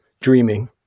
dreaming